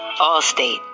Allstate